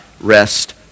rest